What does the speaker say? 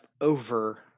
over